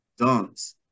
dunks